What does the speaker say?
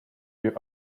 your